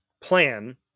plan